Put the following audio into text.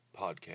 podcast